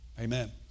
Amen